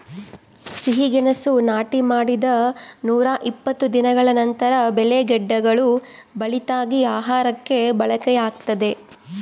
ಸಿಹಿಗೆಣಸು ನಾಟಿ ಮಾಡಿದ ನೂರಾಇಪ್ಪತ್ತು ದಿನಗಳ ನಂತರ ಬೆಳೆ ಗೆಡ್ಡೆಗಳು ಬಲಿತಾಗ ಆಹಾರಕ್ಕೆ ಬಳಕೆಯಾಗ್ತದೆ